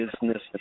business